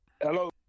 Hello